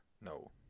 No